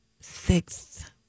Sixth